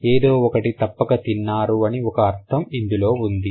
ఏదో ఒకటి తప్పక తిన్నారు అని ఒక అర్థం అందులో ఉంది